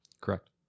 correct